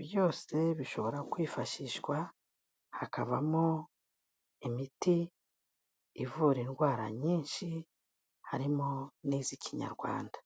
Byose bishobora kwifashishwa hakavamo imiti ivura indwara nyinshi harimo n'iz'Ikinyarwanda.